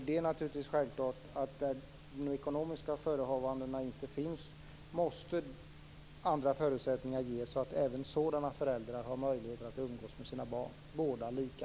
Det är naturligtvis självklart att när de ekonomiska förutsättningarna inte finns måste andra förutsättningar ges så att också sådana föräldrar har möjligheter att umgås med sina barn - båda lika.